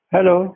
Hello